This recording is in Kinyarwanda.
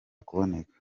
kuboneka